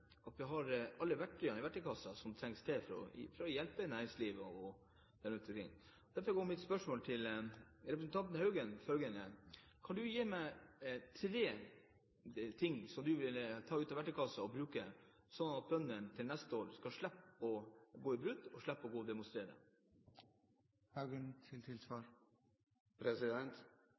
at de har alle verktøyene som trengs i verktøykassen for å hjelpe næringslivet. Derfor er mitt spørsmål til representanten Haugen følgende: Kan representanten gi meg tre ting som han vil ta ut av verktøykassen og bruke, slik at bøndene til neste år skal slippe brudd og slippe å demonstrere? Jeg vil være forsiktig med å gå